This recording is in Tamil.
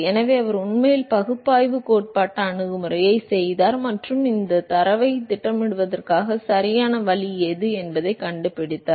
எனவே அவர் உண்மையில் பகுப்பாய்வு கோட்பாட்டு அணுகுமுறையைச் செய்தார் மற்றும் இந்தத் தரவைத் திட்டமிடுவதற்கான சரியான வழி எது என்பதைக் கண்டுபிடித்தார்